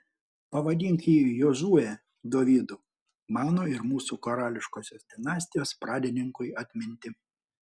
pavadink jį jozue dovydu mano ir mūsų karališkosios dinastijos pradininkui atminti